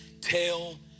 Tell